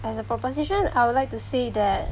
as a proposition I would like to say that